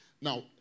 Now